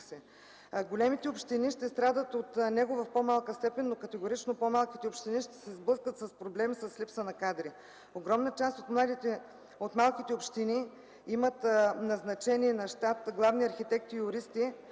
големите общини ще страдат от него в по-малка степен, но категорично по-малките общини ще се сблъскат с проблеми с липса на кадри. Огромна част от малките общини нямат назначени на щат главни архитекти и юристи,